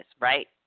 right